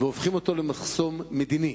והופכים אותו למחסום מדיני.